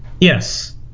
Yes